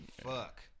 Fuck